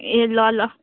ए ल ल